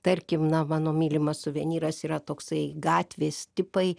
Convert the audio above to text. tarkim na mano mylimas suvenyras yra toksai gatvės tipai